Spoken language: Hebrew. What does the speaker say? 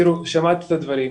תראו, שמעתי את הדברים,